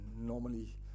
normally